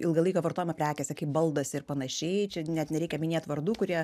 ilgalaikio vartojimo prekėse kaip balduose ir panašiai čia net nereikia minėt vardų kurie